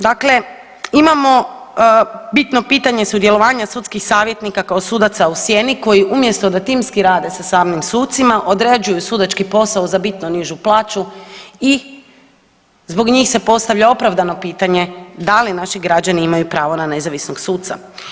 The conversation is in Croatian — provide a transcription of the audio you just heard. Dakle, imamo bitno pitanje sudjelovanja sudskih savjetnika kao sudaca u sjeni koji umjesto da timski rade sa samim sucima, odrađuju sudački posao za bitno nižu plaću i zbog njih se postavlja opravdano pitanje da li naši građani imaju pravo na nezavisnog suca.